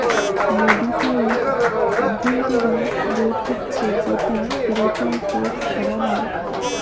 modified অভ্যন্তরীন rate হচ্ছে যেটা ফেরতের ওপর করা হয়